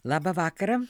labą vakarą